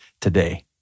today